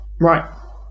right